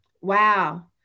Wow